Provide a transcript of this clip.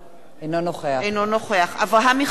אינו נוכח אברהם מיכאלי,